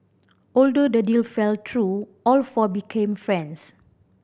although the deal fell through all four became friends